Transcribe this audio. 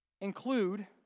include